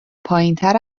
پایینتر